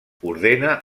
ordena